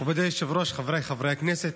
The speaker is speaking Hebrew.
מכובדי היושב-ראש, חבריי חברי הכנסת,